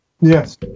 Yes